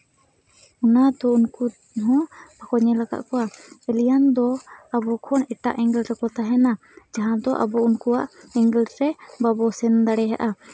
ᱱᱟ ᱛᱚ ᱩᱱᱠᱩ ᱦᱚᱸ ᱵᱟᱠᱚ ᱧᱮᱞ ᱠᱟᱫ ᱠᱚᱣᱟ ᱮᱞᱤᱭᱟᱱ ᱫᱚ ᱟᱵᱚ ᱠᱷᱚᱱ ᱮᱴᱟᱜ ᱮᱸᱜᱮᱞ ᱨᱮᱠᱚ ᱛᱟᱦᱮᱱᱟ ᱡᱟᱦᱟᱸ ᱫᱚ ᱟᱵᱚ ᱩᱱᱠᱩᱣᱟᱜ ᱮᱸᱜᱮᱞ ᱨᱮ ᱵᱟᱵᱚ ᱥᱮᱱ ᱫᱟᱲᱮᱭᱟᱜᱼᱟ